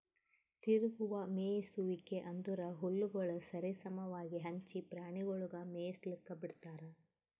ತಿರುಗುವ ಮೇಯಿಸುವಿಕೆ ಅಂದುರ್ ಹುಲ್ಲುಗೊಳ್ ಸರಿ ಸಮವಾಗಿ ಹಂಚಿ ಪ್ರಾಣಿಗೊಳಿಗ್ ಮೇಯಿಸ್ಲುಕ್ ಬಿಡ್ತಾರ್